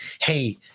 Hey